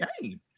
game